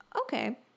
Okay